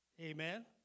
Amen